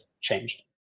changed